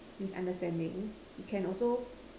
misunderstanding you can also